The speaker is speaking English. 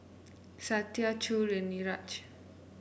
Satya Choor and Niraj